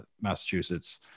Massachusetts